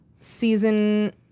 Season